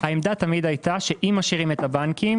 העמדה תמיד הייתה שאם משאירים את הבנקים,